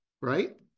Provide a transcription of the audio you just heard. right